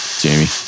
jamie